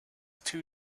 two